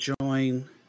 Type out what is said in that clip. join